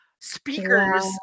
speakers